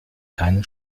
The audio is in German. keinen